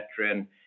veteran